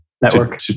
Network